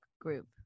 group